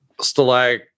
stalag